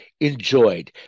enjoyed